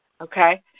Okay